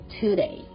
today